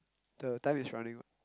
the time is running out